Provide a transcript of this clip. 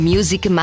Music